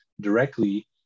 directly